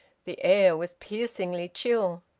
the air was piercingly chill.